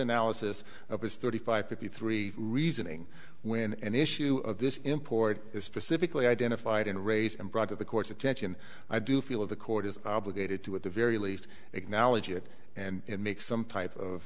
analysis of its thirty five fifty three reasoning when an issue of this import is specifically identified and raised and brought to the court's attention i do feel the court is obligated to at the very least acknowledge it and make some type